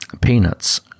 peanuts